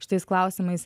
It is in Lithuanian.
šitais klausimais